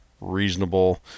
reasonable